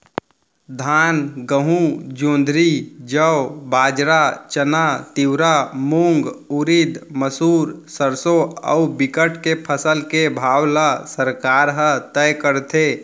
धान, गहूँ, जोंधरी, जौ, बाजरा, चना, तिंवरा, मूंग, उरिद, मसूर, सरसो अउ बिकट के फसल के भाव ल सरकार ह तय करथे